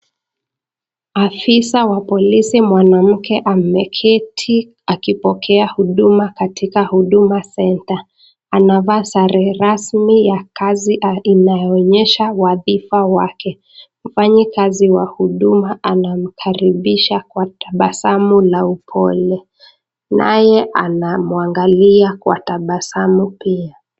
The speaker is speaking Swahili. Afisa wa polisi mwanamke ameketi akipokea huduma katika huduma [centre]. Anavaa sare rasmi ya kazi inaonyesha waadhifa wake. Mfanyekazi wa huduma anamkaribisha kwa tabasamu la upole. Naye anamuangalia kwa tabasamu pia.